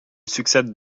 succède